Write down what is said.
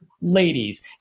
ladies